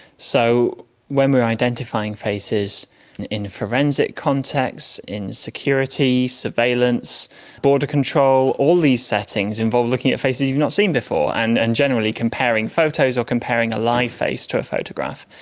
so when we are identifying faces in a forensic context, in security, surveillance, border control, all these settings involve looking at faces you've not seen before and and generally comparing photos or comparing a live face to a photograph.